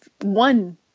one